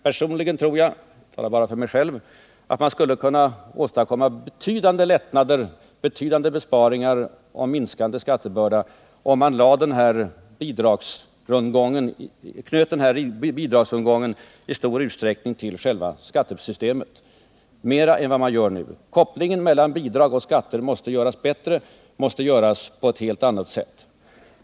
Personligen tror jag — jag talar bara för mig själv — att man skulle kunna åstadkomma betydande lättnader, betydande besparingar och minskande skattebörda om man knöt den här bidragsrundgången i stor utsträckning till själva skattesystemet, mer än vad man gör nu. Kopplingen mellan bidrag och skatter måste göras bättre, den måste göras på ett helt annat sätt.